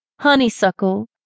honeysuckle